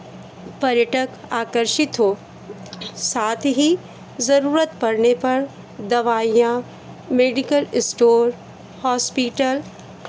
पर्यटक आकर्षित हो साथ ही ज़रूरत पड़ने पर दवाइयाँ मेडिकल स्टोर हॉस्पिटल